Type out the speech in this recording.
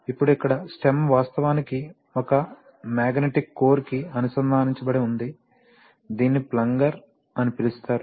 ఇప్పుడు ఇక్కడ స్టెమ్ వాస్తవానికి ఒక మాగ్నెటిక్ కోర్ కి అనుసంధానించబడి ఉంది దీనిని ప్లంగర్ అని పిలుస్తారు